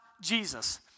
Jesus